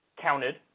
counted